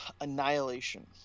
Annihilation